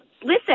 Listen